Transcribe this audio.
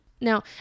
Now